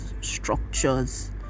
structures